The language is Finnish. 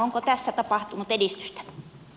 onko tässä tapahtunut edistystä